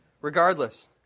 Regardless